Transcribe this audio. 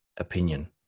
Opinion